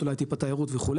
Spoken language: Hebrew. אולי טיפה תיירות וכו',